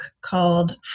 called